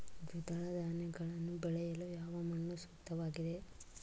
ದ್ವಿದಳ ಧಾನ್ಯಗಳನ್ನು ಬೆಳೆಯಲು ಯಾವ ಮಣ್ಣು ಸೂಕ್ತವಾಗಿದೆ?